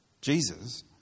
Jesus